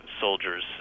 soldiers